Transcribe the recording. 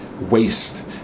waste